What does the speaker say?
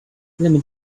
lemon